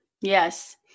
yes